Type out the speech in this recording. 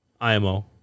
imo